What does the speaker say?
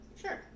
Sure